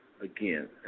Again